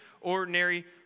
ordinary